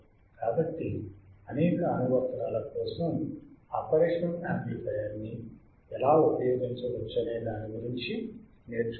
కాబట్టి అనేక అనువర్తనాల కోసం ఆపరేషనల్ యామ్ప్లిఫయర్ ని ఎలా ఉపయోగించవచ్చనే దాని గురించి నేర్చుకుంటున్నాము